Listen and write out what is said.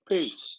Peace